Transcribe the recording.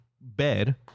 bed